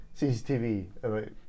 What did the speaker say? CCTV